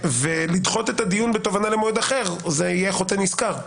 ולדחות את הדיון בתובענה למועד אחר זה יהיה --- עסקה.